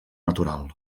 natural